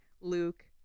Luke